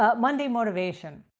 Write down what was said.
ah monday motivation.